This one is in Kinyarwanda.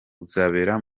uzabera